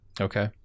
okay